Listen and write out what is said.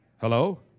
Hello